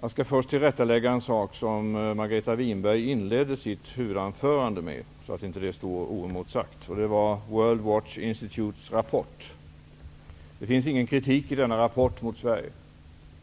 Jag skall först tillrättalägga en sak som Margareta Winberg inledde sitt huvudanförande med, så att det inte står oemotsagt. Det gällde World Watch Institutes rapport. Det finns ingen kritik mot Sverige i denna rapport.